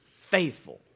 faithful